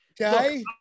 okay